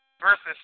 versus